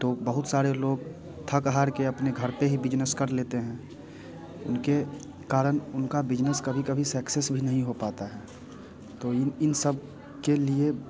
तो बहुत सारे लोग थक हार के अपने घर पे ही बिजनेस कर लेते हैं उनके कारण उनका बिजनेस कभी कभी सक्सेस भी नहीं हो पाता है तो इन इन सब के लिए